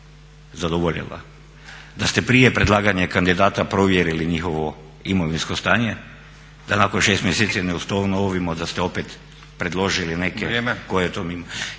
zadovoljila, da ste prije predlaganja kandidata provjerili njihovo imovinsko stanje, da nakon 6 mjeseci ne ustanovimo da ste opet predložili neke.